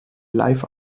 live